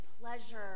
pleasure